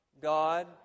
God